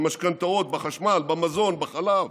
במשכנתאות, בחשמל, במזון, בחלב.